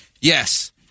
Yes